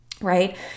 right